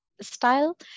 style